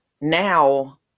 now